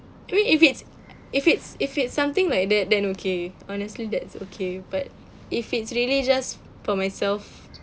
I mean if it's if it's if it's something like that then okay honestly that's okay but if it's really just for myself